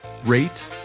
rate